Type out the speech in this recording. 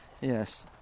Yes